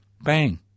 Bang